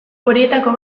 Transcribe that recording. horietako